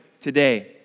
today